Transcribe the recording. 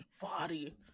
body